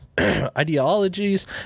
ideologies